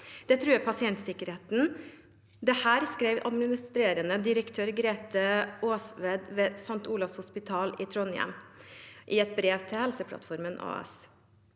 Det truer pasientsikkerheten.» Dette skrev administrerende direktør Grete Aasved ved St. Olavs hospital i Trondheim i et brev til Helseplattformen AS.